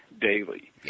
daily